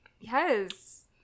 Yes